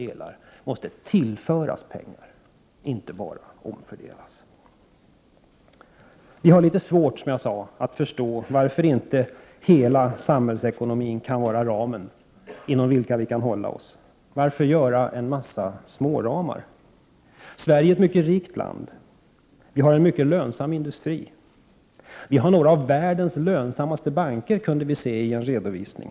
1988/89:59 delar måste tillföras pengar — de skall inte bara omfördelas. 1 februari 1989 Vi i vpk har litet svårt att förstå varför inte hela samhällsekonominkan ZZ vara ”ramen” inom vilken man kan hålla sig. Varför göra en massa Allnilnp olitisk debatt småramar? Sverige är ett mycket rikt land. Vi har en mycket lönsam industri. - Vi har några av världens lönsammaste banker, enligt en redovisning.